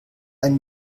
ein